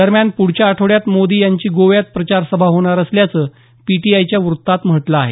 दरम्यान प्रढच्या आठवड्यात मोदी यांची गोव्यात प्रचार सभा होणार असल्याचं पीटीआयच्या वृत्तात म्हटलं आहे